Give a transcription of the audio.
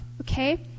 okay